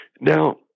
Now